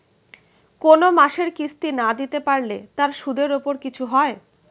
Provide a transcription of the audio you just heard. কোন মাসের কিস্তি না দিতে পারলে তার সুদের উপর কিছু হয়?